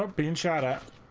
ah being shot at